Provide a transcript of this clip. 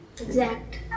Exact